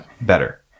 Better